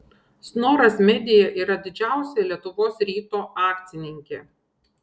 snoras media yra didžiausia lietuvos ryto akcininkė